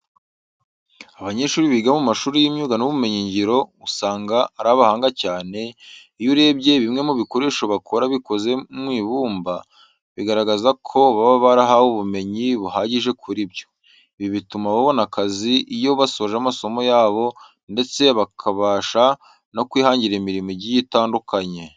Abanyeshuri biga mu mashuri y'imyuga n'ubumenyingiro usanga ari abahanga cyane, iyo urebye bimwe mu bikoresho bakora bikoze mu ibumba bigaragaza ko baba barahawe ubumenyi buhagije kuri byo. Ibi bituma babona akazi iyo basoje amasomo yabo ndetse bakabasha no kwihangira imirimo igiye itandukanye.